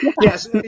Yes